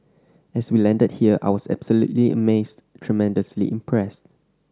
as we landed here I was absolutely amazed tremendously impressed